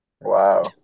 Wow